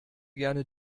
gerne